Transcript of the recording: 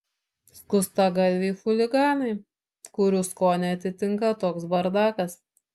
skustagalviai chuliganai kurių skonį atitinka toks bardakas